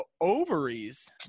Ovaries